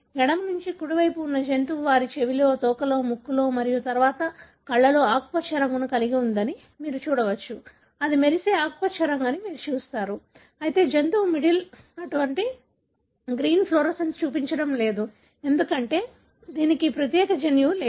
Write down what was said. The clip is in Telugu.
ఎడమ మరియు కుడి వైపున ఉన్న జంతువు వారి చెవిలో తోకలో ముక్కులో మరియు తరువాత కళ్ళలో ఆకుపచ్చ రంగును కలిగి ఉందని మీరు చూడవచ్చు అది మెరిసే ఆకుపచ్చ రంగు అని మీరు చూస్తారు అయితే జంతువు మిడిల్ అటువంటి గ్రీన్ ఫ్లోరోసెన్స్ చూపించడం లేదు ఎందుకంటే దీనికి ఈ ప్రత్యేక జన్యువు లేదు